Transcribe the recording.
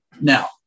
Now